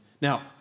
now